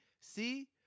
See